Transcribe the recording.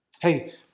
Hey